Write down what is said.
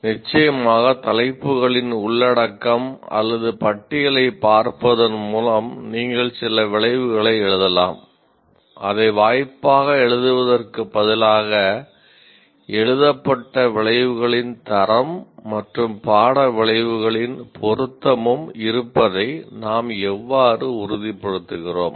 நிச்சயமாக தலைப்புகளின் உள்ளடக்கம் அல்லது பட்டியலைப் பார்ப்பதன் மூலம் நீங்கள் சில விளைவுகளை எழுதலாம் அதை வாய்ப்பாக எழுதுவதற்கு பதிலாக எழுதப்பட்ட விளைவுகளின் தரம் மற்றும் பாட விளைவுகளின் பொருத்தமும் இருப்பதை நாம் எவ்வாறு உறுதிப்படுத்துகிறோம்